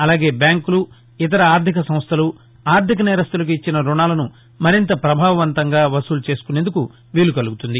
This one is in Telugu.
అలాగే బ్యాంకులు ఇతర ఆర్దిక సంస్టలు ఆర్దిక నేరస్తులకు ఇచ్చిన రుణాలను మరింత పభావవంతంగా వసూలు చేసుకునేందుకు వీలు కలుగుతుంది